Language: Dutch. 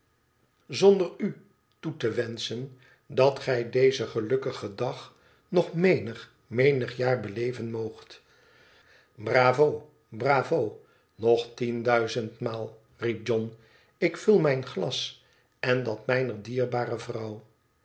zonder u toe te wenschen dat gij dezen gelukkigen dag nog menig menig jaar beleven moogt t bravo bravo nog tien duizendmaal riep john ik vul mijn glas en dat mijner dierbare vrouw